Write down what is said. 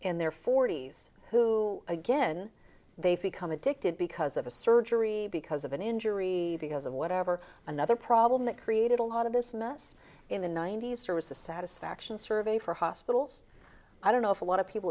in their forty's who again they've become addicted because of a surgery because of an injury because of whatever another problem that created a lot of this mess in the ninety's or was the satisfaction survey for hospitals i don't know if a lot of people